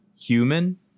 human